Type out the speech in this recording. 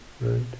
Right